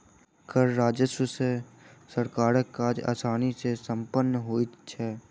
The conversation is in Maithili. कर राजस्व सॅ सरकारक काज आसानी सॅ सम्पन्न होइत छै